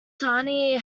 thani